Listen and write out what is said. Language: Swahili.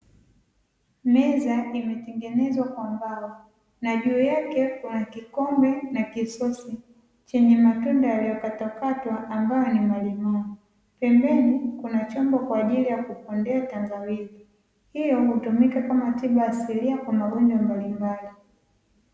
Meza imetengenezwa kwa mbao na juu yake kuna kikombe na kisosi, chenye matunda yaliyokatwakatwa ambayo ni malimao. Pembeni kuna chombo kwa ajili ya kupondea tangawizi. Hii hutumika kama tiba asilia kwa magonjwa mbalimbali.